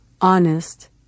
honest